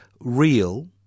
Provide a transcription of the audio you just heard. real